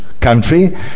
country